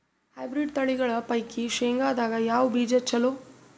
Hybrid ತಳಿಗಳ ಪೈಕಿ ಶೇಂಗದಾಗ ಯಾವ ಬೀಜ ಚಲೋ?